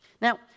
Now